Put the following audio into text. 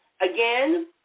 Again